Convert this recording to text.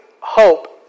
hope